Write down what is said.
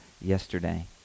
yesterday